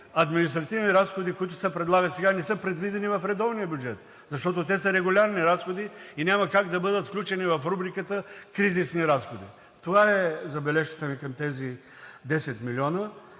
административни разходи, които се предлагат сега, не са предвидени в редовния бюджет, защото те са регулярни и няма как да бъдат включени в рубриката „Кризисни разходи“? Това е забележката ми към тези 10 милиона.